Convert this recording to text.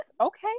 Okay